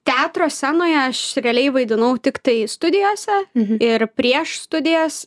teatro scenoje aš realiai vaidinau tiktai studijose ir prieš studijas